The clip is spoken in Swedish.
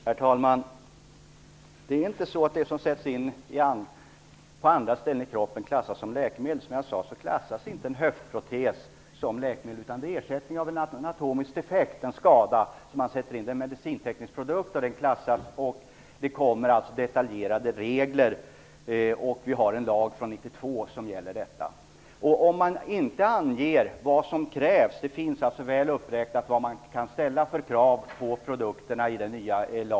Herr talman! Det är inte så att material som sätts in i andra delar av kroppen klassas som läkemedel. Som jag sade så klassas inte en höftprotes som läkemedel. Det är fråga om en ersättning av en anatomisk defekt, en skada. Det är en medicinteknisk produkt. Det kommer detaljerade regler. Vi har en lag från år 1992 på detta område. I den nya lagen finns väl uppräknat vilka krav man kan ställa på produkterna.